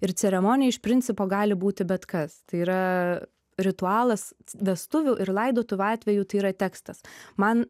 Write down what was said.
ir ceremonija iš principo gali būti bet kas tai yra ritualas vestuvių ir laidotuvių atveju tai yra tekstas man